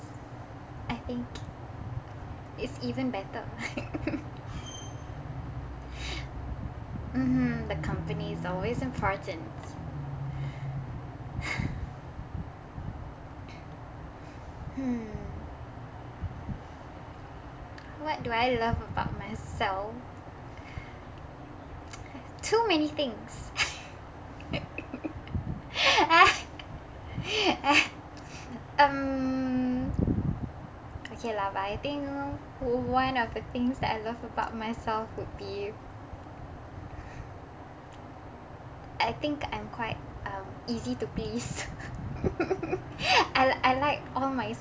I think it's even better mmhmm the company is always important hmm what do I love about myself too many things um okay lah but I think one of the things that I love about myself would be I think I'm quite um easy to please I I like all my